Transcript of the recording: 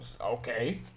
Okay